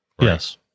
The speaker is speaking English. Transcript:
Yes